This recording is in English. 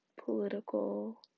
political